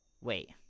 Wait